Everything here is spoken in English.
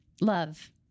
Love